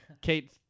kate